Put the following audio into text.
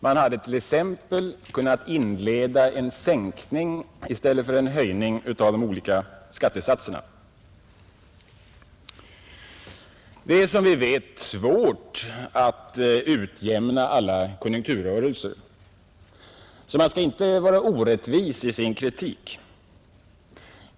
Man hade t.ex. kunnat inleda en sänkning i stället för en höjning av de olika skattetaxorna. Det är, som vi vet, svårt att utjämna alla konjunkturrörelser, så man skall inte vara orättvis i sin kritik.